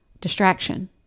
Distraction